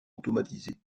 automatisé